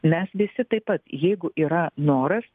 mes visi taip pat jeigu yra noras